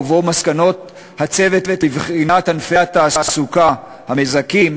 ובו מסקנות הצוות לבחינת ענפי התעסוקה המזכים,